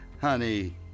honey